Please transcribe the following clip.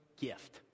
gift